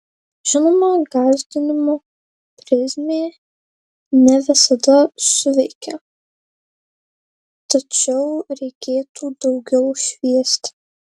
žinoma gąsdinimo prizmė ne visada suveikia tačiau reikėtų daugiau šviesti